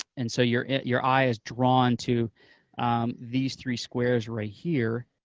and so your your eye is drawn to these three squares right here,